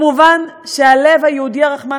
מובן שהלב היהודי הרחמן,